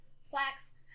slacks